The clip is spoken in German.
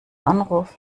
anruf